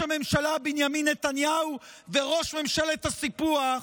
הממשלה בנימין נתניהו וראש ממשלת הסיפוח